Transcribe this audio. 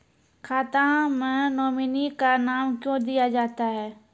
खाता मे नोमिनी का नाम क्यो दिया जाता हैं?